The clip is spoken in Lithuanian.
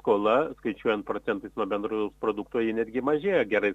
skola skaičiuojant procentais nuo bendrojo produkto ji netgi mažėja gerai